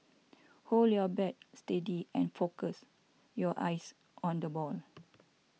hold your bat steady and focus your eyes on the ball